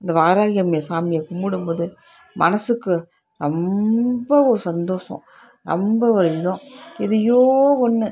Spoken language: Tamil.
இந்த வாராகியம்மை சாமியை கும்பிடும்போது மனதுக்கு ரொம்ப ஒரு சந்தோஷம் ரொம்ப ஒரு இதம் எதையோ ஒன்று